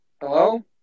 Hello